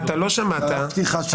ולדי, אתה לא שמעת את דבריי.